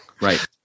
Right